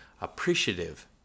appreciative